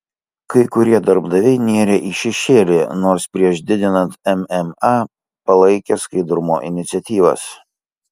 kai kurie darbdaviai nėrė į šešėlį nors prieš didinant mma palaikė skaidrumo iniciatyvas